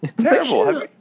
terrible